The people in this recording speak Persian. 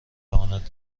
تواند